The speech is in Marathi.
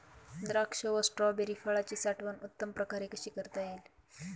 द्राक्ष व स्ट्रॉबेरी फळाची साठवण उत्तम प्रकारे कशी करता येईल?